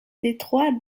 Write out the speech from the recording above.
détroit